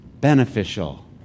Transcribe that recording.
beneficial